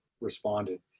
responded